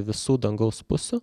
visų dangaus pusių